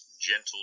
Gentle